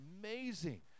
amazing